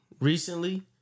recently